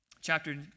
Chapter